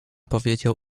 powiedział